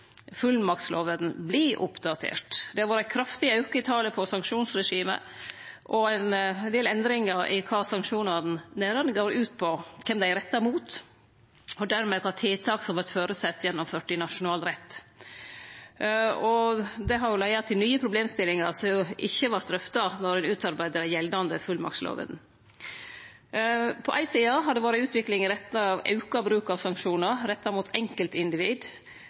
kraftig auke i talet på sanksjonsregime, og ein del endringar i kva sanksjonane går ut på, kven dei er retta mot, og dermed kva tiltak som det er føresett vert gjennomførte i nasjonal rett. Det har jo leidd til nye problemstillingar som ikkje vart drøfta då ein utarbeidde den gjeldande fullmaktslova. På den eine sida har det vore ei utvikling i retning av auka bruk av sanksjonar retta mot einskilde individ,